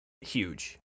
huge